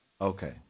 Okay